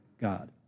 God